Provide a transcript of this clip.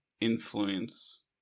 influence